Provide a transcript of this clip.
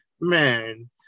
man